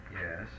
Yes